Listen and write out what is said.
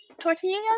tortillas